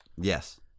Yes